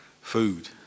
food